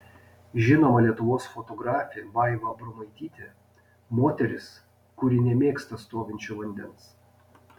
žinoma lietuvos fotografė vaiva abromaitytė moteris kuri nemėgsta stovinčio vandens